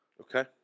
Okay